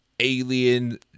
alien